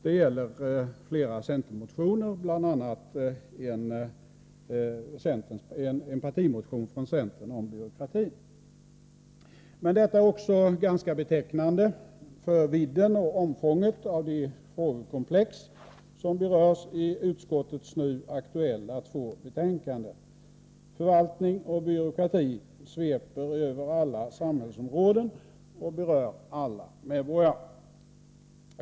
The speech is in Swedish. Detta gäller flera centermotioner, bl.a. en partimotion från centern om byråkratin. Men detta är också ganska betecknande för vidden och omfånget av de frågekomplex som berörs i utskottets nu aktuella två betänkanden. Förvaltning och byråkrati sveper över alla samhällsområden och berör alla medborgare.